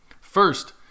First